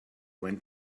went